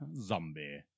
Zombie